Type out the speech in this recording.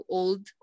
old